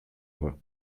voix